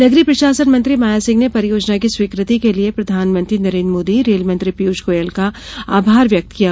नगरीय प्रशासन मंत्री माया सिंह ने परियोजना की स्वीकृति के लिए प्रधानमंत्री नरेन्द्र मोदी रेल मंत्री पीयूष गोयल का आभार व्यक्त किया है